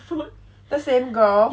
the same girl